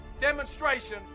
demonstration